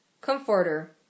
comforter